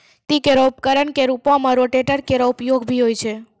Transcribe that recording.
खेती केरो उपकरण क रूपों में रोटेटर केरो उपयोग भी होय छै